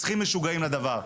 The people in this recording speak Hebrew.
צריכים משוגעים לדבר.